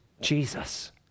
Jesus